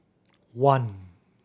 one